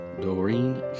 Doreen